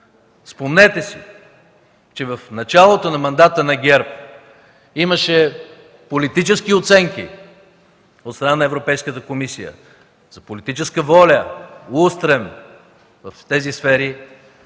Спомнете си, че в началото на мандата на ГЕРБ имаше политически оценки от страна на Европейската комисия за политическа воля и устрем в тези сфери.